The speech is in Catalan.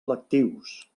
electius